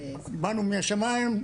באנו מהשמיים,